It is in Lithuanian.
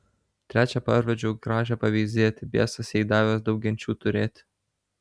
trečią parvedžiau gražią paveizėti biesas jai davęs daug genčių turėti